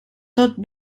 tot